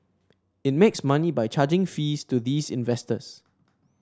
it makes money by charging fees to these investors